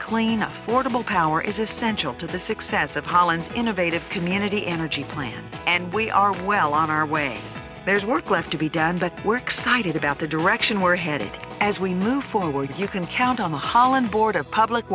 claiming affordable power is essential to the success of holland's innovative community energy plan and we are well on our way there's work left to be dead but we're excited about the direction we're headed as we move forward you can count on the holland board of public